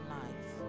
life